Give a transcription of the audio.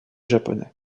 japonais